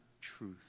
truth